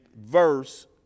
verse